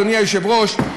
אדוני היושב-ראש,